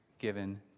given